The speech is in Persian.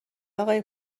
آقای